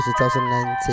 2019